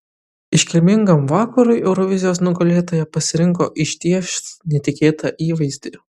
iškilmingam vakarui eurovizijos nugalėtoja pasirinko išties netikėtą įvaizdį